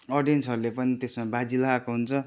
अडियन्सहरूले पनि त्यसमा बाजी लगाएको हुन्छ